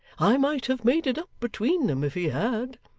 i might have made it up between them, if he had.